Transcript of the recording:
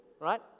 right